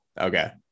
okay